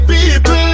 People